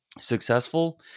successful